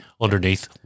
Underneath